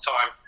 time